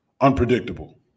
unpredictable